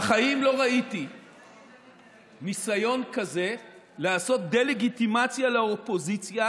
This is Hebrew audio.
בחיים לא ראיתי ניסיון כזה לעשות דה-לגיטימציה לאופוזיציה